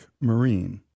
marine